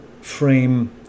frame